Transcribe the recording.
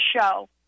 show